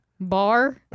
Bar